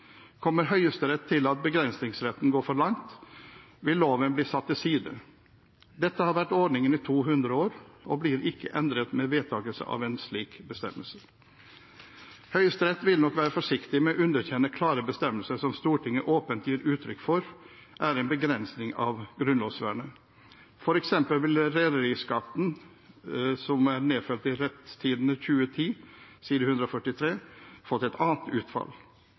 Kommer Høyesterett til at begrensningsretten går for langt, vil loven bli satt til side. Dette har vært ordningen i 200 år og blir ikke endret med vedtakelse av en slik bestemmelse. Høyesterett vil nok være forsiktig med å underkjenne klare bestemmelser som Stortinget åpent gir uttrykk for er en begrensning av grunnlovsvernet. For eksempel ville rederiskattesaken, som er nedfelt i Retstidende 2010, side 143, fått et annet utfall.